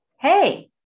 Hey